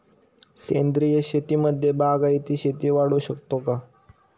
सेंद्रिय शेतीमध्ये बागायती शेती वाढवू शकतो का?